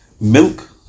milk